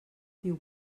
piu